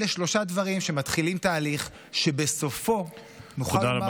אלה שלושה דברים שמתחילים תהליך שבסופו נוכל לומר